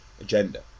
agenda